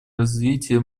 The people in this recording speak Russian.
развития